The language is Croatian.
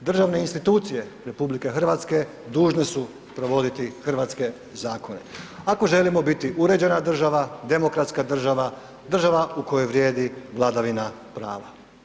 državne institucije RH dužne su provoditi hrvatske zakone ako želimo biti uređena država, demokratska država, država u kojoj vrijedi vladavina prava.